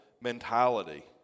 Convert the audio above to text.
mentality